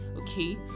Okay